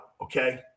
okay